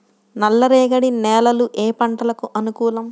నల్లరేగడి నేలలు ఏ పంటలకు అనుకూలం?